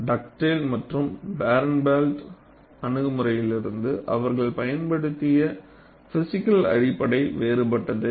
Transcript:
Dugdale மற்றும் பாரன்ப்ளாட்டின் Dugdale Barenblatt அணுகுமுறைகளிலும் அவர்கள் பயன்படுத்திய பிஸிக்கல் அடிப்படை வேறுபட்டது